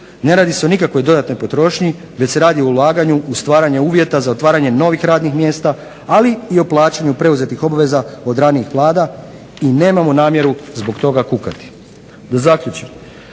Ne radi se o nikakvoj dodatnoj potrošnji već se radi o ulaganju u stvaranje uvjeta za otvaranje novih radnih mjesta, ali i o plaćanju preuzetih obveza od ranijih Vlada i nemamo namjeru zbog toga kukati. Da zaključim.